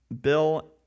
Bill